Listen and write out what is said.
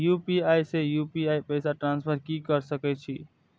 UPI से UPI पैसा transfer की सके छी?